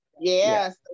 yes